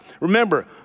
Remember